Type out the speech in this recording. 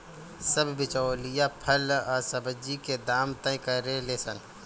सब बिचौलिया फल आ सब्जी के दाम तय करेले सन